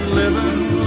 living